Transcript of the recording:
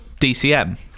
DCM